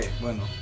bueno